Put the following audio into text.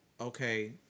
okay